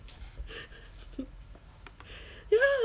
you know